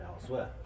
elsewhere